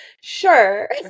sure